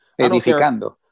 edificando